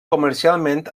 comercialment